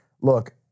Look